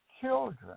children